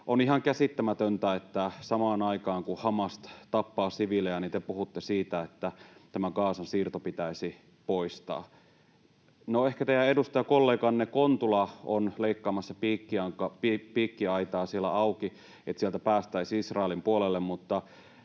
ihan käsittämätöntä, että samaan aikaan kun Hamas tappaa siviilejä, te puhutte siitä, että tämä Gazan saarto pitäisi poistaa. No ehkä teidän edustajakolleganne Kontula on leikkaamassa piikkilanka-aitaa siellä auki, että sieltä päästäisiin Israelin puolelle,